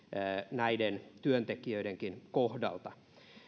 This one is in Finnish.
näiden työntekijöidenkin kohdalla